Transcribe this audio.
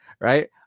Right